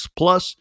plus